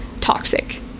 toxic